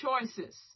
choices